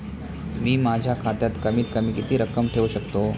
मी माझ्या खात्यात कमीत कमी किती रक्कम ठेऊ शकतो?